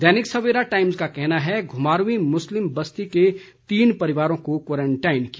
दैनिक Savera Times का कहना है घुमारवीं मुस्लिम बस्ती के तीन परिवारों को क्वारंटाइन किया